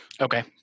Okay